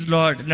Lord